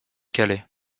calais